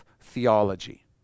theology